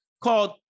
called